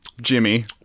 Jimmy